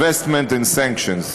Divestment and Sanctions.